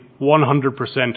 100%